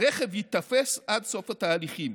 הרכב ייתפס עד סוף התהליכים,